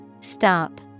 Stop